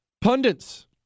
Pundits